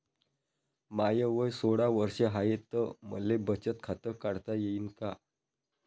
माय वय सोळा वर्ष हाय त मले बचत खात काढता येईन का?